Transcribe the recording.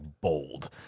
bold